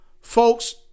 Folks